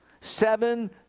seven